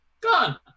Gone